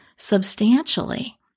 substantially